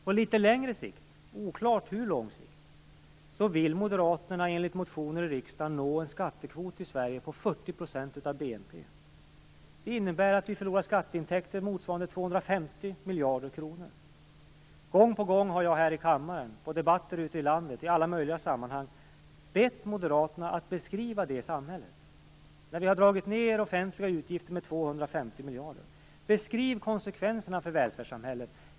På litet längre sikt, oklart hur lång, vill Moderaterna enligt motioner till riksdagen nå en skattekvot i Sverige på 40 % av BNP. Det innebär att vi förlorar skatteintäkter motsvarande 250 miljarder kronor. Gång på gång har jag här i kammaren, vid debatter ute i landet och i alla möjliga sammanhang bett Moderaterna att beskriva det samhälle vi får när vi har dragit ned de offentliga utgifterna med 250 miljarder. Beskriv konsekvenserna för välfärdssamhället!